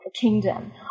Kingdom